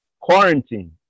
quarantine